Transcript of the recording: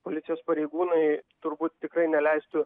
policijos pareigūnai turbūt tikrai neleistų